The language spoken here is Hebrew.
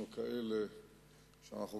האמיתי,